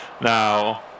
Now